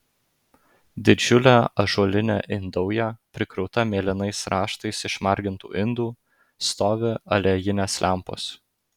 didžiulė ąžuolinė indauja prikrauta mėlynais raštais išmargintų indų stovi aliejinės lempos